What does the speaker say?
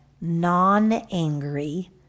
non-angry